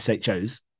SHOs